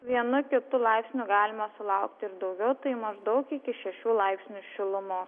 vienu kitu laipsniu galima sulaukti ir daugiau tai maždaug iki šešių laipsnių šilumos